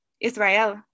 Israel